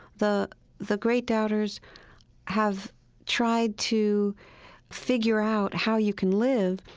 the the great doubters have tried to figure out how you can live,